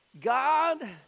God